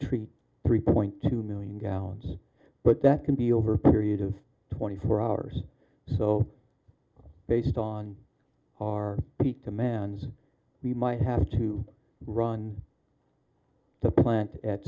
treat three point two million gallons but that can be over a period of twenty four hours so based on our peak demand we might have to run plant at